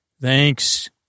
Thanks